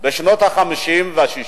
בשנות ה-50 וה-60